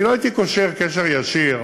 אני לא הייתי קושר קשר ישיר